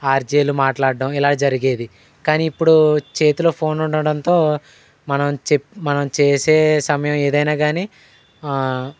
ఆర్జేలు మాట్లాడటం ఇలా జరిగేది కానీ ఇప్పుడు చేతిలో ఫోన్ ఉండడంతో మనం చే మనం చేసే సమయం ఏదైనా కానీ